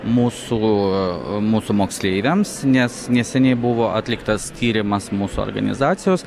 mūsų mūsų moksleiviams nes neseniai buvo atliktas tyrimas mūsų organizacijos